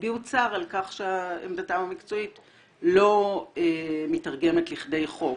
והביעו צער על כך שעמדתם המקצועית לא מתרגמת לכדי חוק.